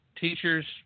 teachers